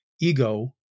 ego